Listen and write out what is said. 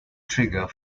trigger